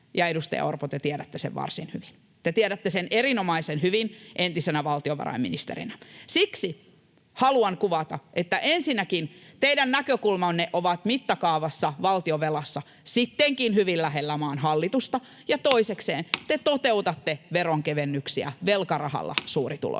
edustaja Orpo, te tiedätte sen varsin hyvin, te tiedätte sen erinomaisen hyvin entisenä valtiovarainministerinä. Siksi haluan kuvata, että ensinnäkin teidän näkökulmanne ovat valtionvelan mittakaavassa sittenkin hyvin lähellä maan hallitusta ja toisekseen te toteutatte veronkevennyksiä velkarahalla suurituloisille.